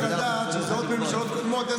אתה צריך לדעת שזה עוד מממשלות קודמות.